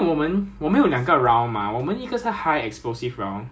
ya armour armour piercing round can fly thirty two K_M